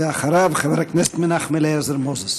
ואחריו, חבר הכנסת מנחם אליעזר מוזס.